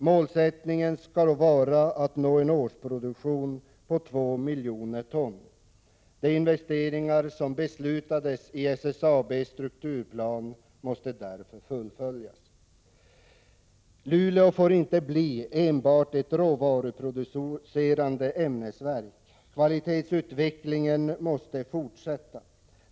Målsättningen skall vara att nå en årsproduktion på 2 miljoner ton. De investeringar som beslutats i SSAB:s strukturplan måste därför fullföljas. Luleå får inte bli enbart ett råvaruproducerande ämnesverk. Kvalitetsutvecklingen måste fortsätta.